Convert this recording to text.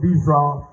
Israel